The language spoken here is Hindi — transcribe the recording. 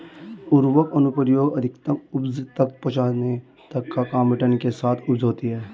उर्वरक अनुप्रयोग अधिकतम उपज तक पहुंचने तक कम रिटर्न के साथ उपज होती है